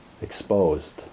exposed